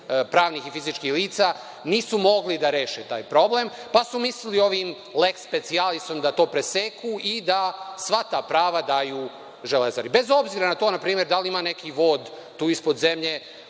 pravnih i fizičkih lica nisu mogli da reše taj problem, pa su mislili ovim leks specijalisom da to preseku i da sva ta prava daju „Železari“, bez obzira na to npr. da li ima neki vod tu ispod zemlje